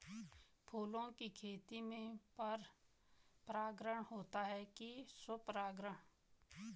फूलों की खेती में पर परागण होता है कि स्वपरागण?